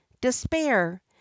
despair